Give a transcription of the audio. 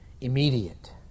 immediate